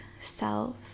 self